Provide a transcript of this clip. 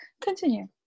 continue